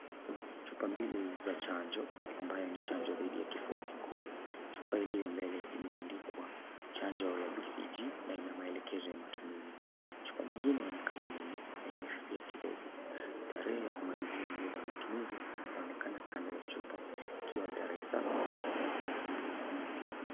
Chupa mbili za chanjo ambayo ni chanjo didhi ya kifua kikuu. Chupa iliyo mbele imeandikwa chanjo ya BCG na ina maelekezo ya matumizi. Chupa nyingine inaonekana nyuma na imefifia kidogo. Tarehe ya kumalizia matumizi inaonekana kando ya chupa ikiwa ni tarehe saba mwaka wa elfu mbili kumi na tisa.